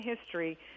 history